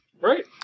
Right